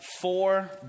four